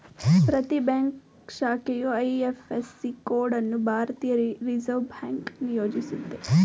ಪ್ರತಿ ಬ್ಯಾಂಕ್ ಶಾಖೆಯು IFSC code ಅನ್ನು ಭಾರತೀಯ ರಿವರ್ಸ್ ಬ್ಯಾಂಕ್ ನಿಯೋಜಿಸುತ್ತೆ